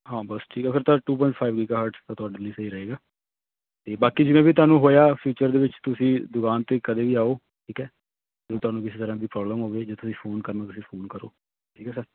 ਹਾਂ ਬਸ ਠੀਕ ਆ ਫਿਰ ਤਾਂ ਟੂ ਪੋਇੰਟ ਫਾਈਵ ਗੀਗਾਹਰਟ ਤਾਂ ਤੁਹਾਡੇ ਲਈ ਸਹੀ ਰਹੇਗਾ ਅਤੇ ਬਾਕੀ ਜਿਵੇਂ ਵੀ ਤੁਹਾਨੂੰ ਹੋਇਆ ਫਿਊਚਰ ਦੇ ਵਿੱਚ ਤੁਸੀਂ ਦੁਕਾਨ 'ਤੇ ਕਦੇ ਵੀ ਆਓ ਠੀਕ ਹੈ ਤੁਹਾਨੂੰ ਕਿਸੇ ਤਰ੍ਹਾਂ ਦੀ ਪ੍ਰੋਬਲਮ ਹੋਵੇ ਜੇ ਤੁਸੀਂ ਫੋਨ ਕਰਨਾ ਤੁਸੀਂ ਫੋਨ ਕਰੋ ਠੀਕ ਹੈ ਸਰ